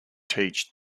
teach